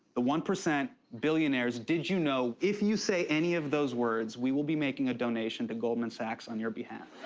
the one, billionaires, did you know, if you say any of those words, we will be making a donation to goldman sachs on your behalf.